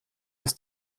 ist